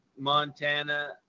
montana